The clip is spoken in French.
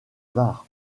var